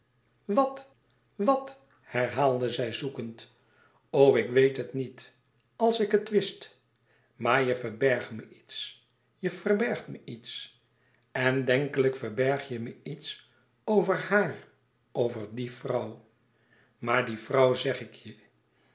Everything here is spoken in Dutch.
wat wat herhaalde zij zoekend o ik weet het niet als ik het wist maar je verbergt me iets je verbergt me iets en denkelijk verberg je me iets over haar over die vrouw maar die vrouw zeg ik je